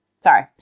Sorry